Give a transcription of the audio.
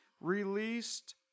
released